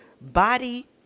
body